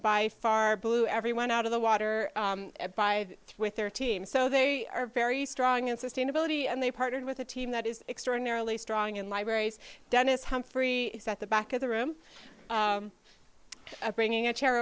by far blew everyone out of the water with their team so they are very strong in sustainability and they partnered with a team that is extraordinarily strong in libraries dennis humfrey at the back of the room bringing a chair